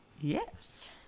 Yes